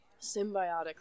symbiotic